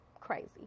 crazy